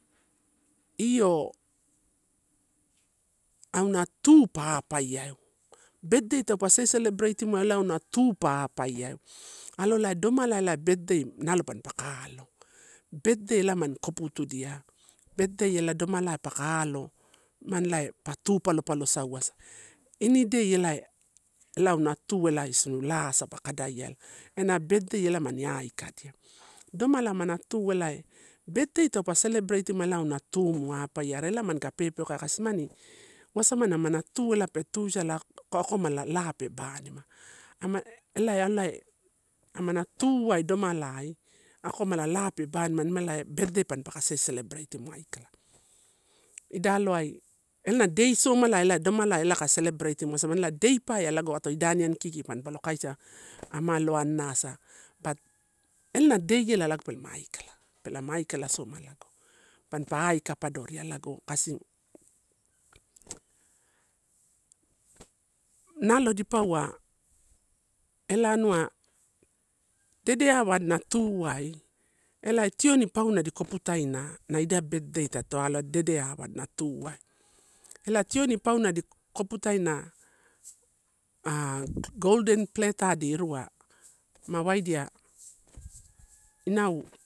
Io auna tupa apaiaeu, birthday taupe celebratetimua ela auna tupa apaiaeu. alolai domalaea birthday nalo mampaka alo. Birthday elae mani koputudia, birthday ela domalai paka alo mimani elae pa tu palopalo sauasa, ini dei elae, ela auna tu isiu la asa pa kadaiala. Ena birthday ela mani aikadia, domala amana tu elae birthday taupe celebratetimua ela auna tu mu pe tuisa a komala la pe banima nimani elae birthday pampaka celebratetimua ikala. Idaloai ena dei somai domalai ka celebratetimua is amani, dei paeai nalo aniani kiki pan lo kaisi a, amaloanasa but ena dei ela pelama aikala, pelama aikala soma lago, panpa aika padoria kasi. Nalo dipauwa ela anua dede awa adina tuai elai tioni pauna di koputaina, na idai birthday tadito aloaedia dedeawa adina tuai, ela tioni pauna di koputaina a golden pleta di irua ma waidia inau